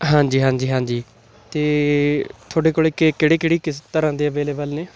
ਹਾਂਜੀ ਹਾਂਜੀ ਹਾਂਜੀ ਅਤੇ ਤੁਹਾਡੇ ਕੋਲ ਕਿਹੜੇ ਕਿਹੜੇ ਕਿਸ ਤਰ੍ਹਾਂ ਦੇ ਅਵੇਲੇਬਲ ਨੇ